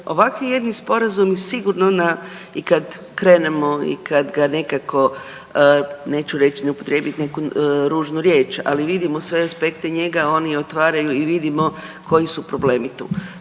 ovakvi jedni sporazumi sigurno na i kada krenemo i kada ga nekako neću reći ne upotrijebiti neku ružnu riječ, ali vidimo sve aspekte njega. Oni otvaraju i vidimo koji su problemi tu.